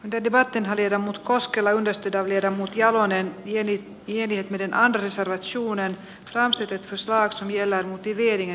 dedicated jermut koskela ylistetään jermut jalonen ja heikki liede veden laadun selvän suunnan tran sytytyslaakso vielä tienvieriä